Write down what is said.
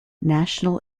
national